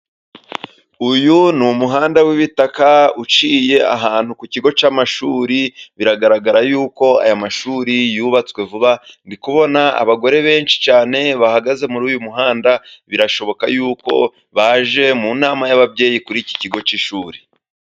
Uyu ni umuhanda w'ibitaka uciye ahantu ku kigo cy'amashuri .Biragaragara yuko aya mashuri yubatswe vuba ndi kubona abagore benshi cyane bahagaze muri uyu muhanda birashoboka yuko baje mu nama y'ababyeyi kuri iki kigo cy'ishuri.